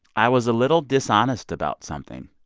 i was a little dishonest about something.